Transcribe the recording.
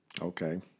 Okay